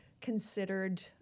considered